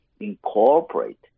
incorporate